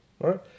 right